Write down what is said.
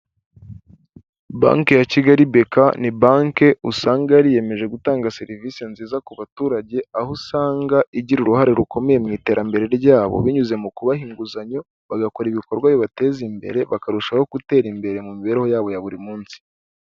Banki ya kigali (bk) ni banki usanga yariyemeje gutanga serivisi nziza ku baturage, aho usanga igira uruhare rukomeye mu iterambere ryabo binyuze mu kubaha inguzanyo bagakora ibikorwa bibateza imbere ,bakarushaho gutera imbere mu mibereho yabo ya buri munsi.